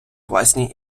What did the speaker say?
власні